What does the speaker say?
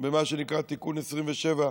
במה שנקרא תיקון 27,